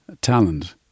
talent